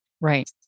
Right